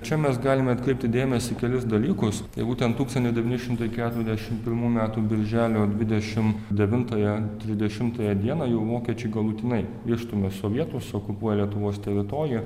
čia mes galime atkreipti dėmesį į kelis dalykus tai būtent tūkstantis devyni šimtai keturiasdešim pirmų metų birželio dvidešim devintąją trisdešimtąją dieną jau vokiečiai galutinai išstumia sovietus okupuoja lietuvos teritoriją